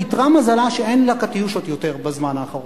איתרע מזלה שאין לה "קטיושות" יותר בזמן האחרון.